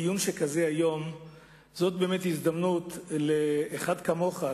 דיון שכזה היום הוא באמת הזדמנות לאחד כמוך,